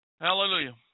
Hallelujah